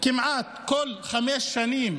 כמעט כל חמש שנים